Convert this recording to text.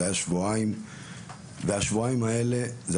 זה היה שבועיים והשבועיים האלה זה